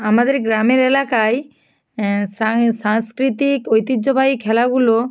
আমাদের গ্রামের এলাকায় সাংস্কৃতিক ঐতিহ্যবাহী খেলাগুলো